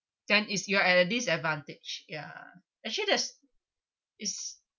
then is you are at a disadvantage yeah actually that's is